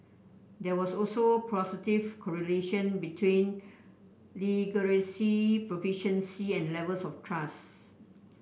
there was also correlation between proficiency and levels of trust